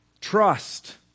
trust